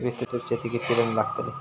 विस्तृत शेतीक कितकी जमीन लागतली?